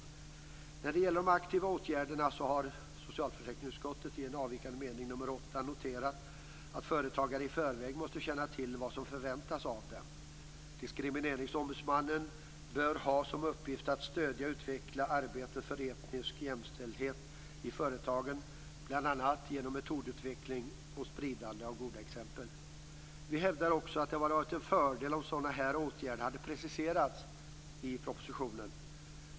När det gäller de aktiva åtgärderna har vi i en avvikande mening nr 8 i socialförsäkringsutskottet noterat att företagare i förväg måste känna till vad som förväntas av dem. Diskrimineringsombudsmannen bör ha som uppgift att stödja och utveckla arbetet för etnisk jämställdhet i företagen, bl.a. genom metodutveckling och spridande av goda exempel. Vi hävdar också att det hade varit en fördel om sådana här åtgärder hade preciserats i propositionen.